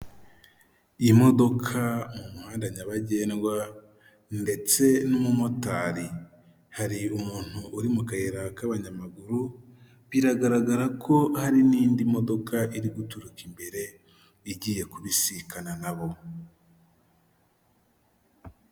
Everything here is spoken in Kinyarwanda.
Imodoka mu muhanda nyabagendwa ndetse n'umumotari, hari umuntu uri mu kayira k'abanyamaguru, biragaragara ko hari n'indi modoka iri guturuka imbere, igiye kubisikana nabo.